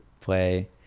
play